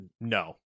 no